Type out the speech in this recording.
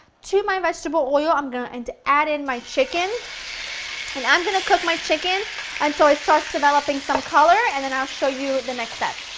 to my vegetable oil, i'm going to and to add in my chicken and i'm going to cook my chicken until it starts developing some color and then i'll show you the next step.